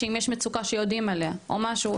אם יש מצוקה שיודעים עליה או משהו,